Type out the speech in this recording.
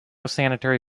sanitary